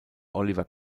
oliver